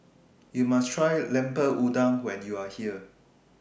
YOU must Try Lemper Udang when YOU Are here